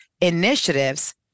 initiatives